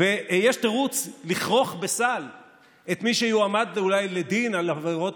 ויש תירוץ לכרוך בסל את מי שיועמד אולי לדין על העבירות